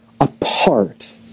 apart